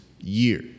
year